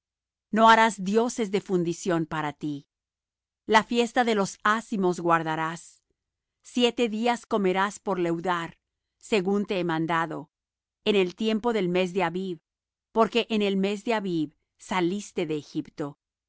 no harás dioses de fundición para ti la fiesta de los ázimos guardarás siete días comerás por leudar según te he mandado en el tiempo del mes de abib porque en el mes de abib saliste de egipto todo lo